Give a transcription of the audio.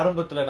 oh